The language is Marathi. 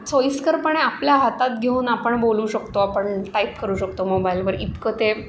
सोयीस्करपणे आपल्या हातात घेऊन आपण बोलू शकतो आपण टाईप करू शकतो मोबाईलवर इतकं ते